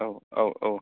औ औ औ